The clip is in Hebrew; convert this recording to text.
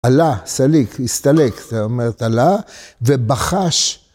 עלה, סליק, הסתלק, זאת אומרת עלה, ובחש.